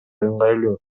ыңгайлуу